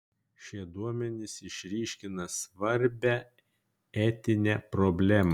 šie duomenys išryškina svarbią etinę problemą